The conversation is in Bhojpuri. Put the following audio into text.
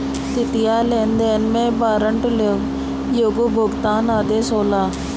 वित्तीय लेनदेन में वारंट एगो भुगतान आदेश होला